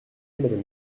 madame